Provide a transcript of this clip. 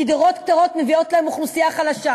דירות קטנות מביאות להם אוכלוסייה חלשה.